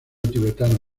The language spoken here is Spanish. tibetano